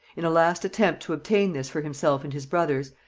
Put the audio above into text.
in a last attempt to obtain this for himself and his brothers,